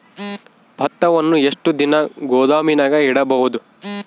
ಭತ್ತವನ್ನು ಎಷ್ಟು ದಿನ ಗೋದಾಮಿನಾಗ ಇಡಬಹುದು?